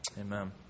Amen